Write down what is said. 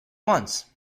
wants